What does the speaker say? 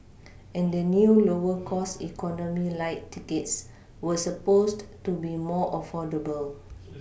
and the new lower cost economy Lite tickets were supposed to be more affordable